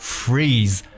freeze